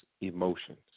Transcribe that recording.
emotions